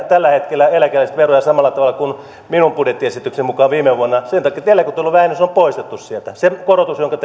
tällä hetkellä eläkeläiset samalla tavalla veroja kuin minun budjettiesitykseni mukaan viime vuonna sen takia että eläketulovähennys on poistettu sieltä se korotus jonka